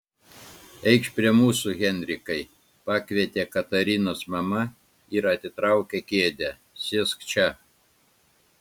eikš prie mūsų henrikai pakvietė katarinos mama ir atitraukė kėdę sėsk čia